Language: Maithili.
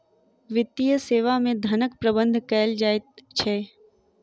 वित्तीय सेवा मे धनक प्रबंध कयल जाइत छै